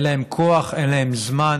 אין להן כוח, אין להן זמן,